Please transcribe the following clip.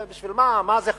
בשביל מה זה חשוב,